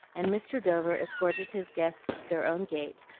and mr. dover escorted his guests to their own gate,